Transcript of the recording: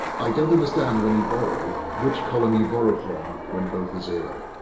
i don't understand when you borrow which column you borrow from when both are zero.